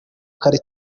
kare